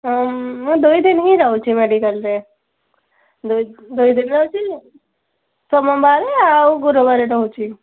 ହଁ ମୁଁ ଦୁଇ ଦିନ ହିଁ ରହୁଛି ମେଡ଼ିକାଲ୍ରେ ଦୁଇ ଦିନ ରହୁଛି ସୋମବାର ଆଉ ଗୁରୁବାର ରହୁଛି